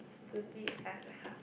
stupid